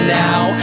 now